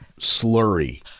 slurry